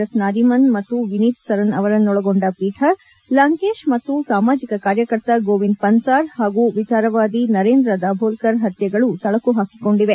F Nariman ಮತ್ತು ವಿನೀತ್ ಸರನ್ ಅವರನ್ನೊಳಗೊಂಡ ಪೀಠ ಲಂಕೇಶ್ ಮತ್ತು ಸಾಮಾಜಿಕ ಕಾರ್ಯಕರ್ತ ಗೋವಿಂದ ಪನ್ಸಾರ್ ಹಾಗೂ ವಿಚಾರವಾದಿ ನರೇಂದ್ರ ದಾಭೋಲ್ಕರ್ ಪತ್ನೆಗಳು ತಳಕು ಕಿಕೊಂಡಿವೆ